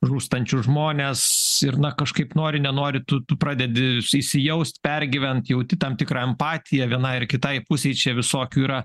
žūstančius žmones ir na kažkaip nori nenori tu tu pradedi įsijaust pergyvent jauti tam tikrą empatiją vienai ar kitai pusei čia visokių yra